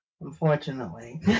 Unfortunately